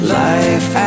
life